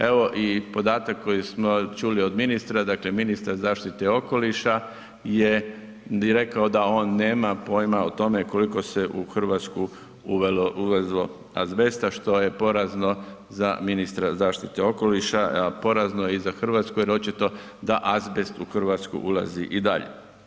Evo i podatak koji smo čuli od ministra, dakle ministar zaštite okoliša je rekao da on nema pojma o tome koliko se u RH uvezlo azbesta što je porazno za ministra zaštite okoliša, a porezano je i za RH jer očito da azbest u RH ulazi i dalje.